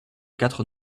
quatre